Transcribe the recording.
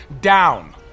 down